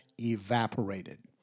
evaporated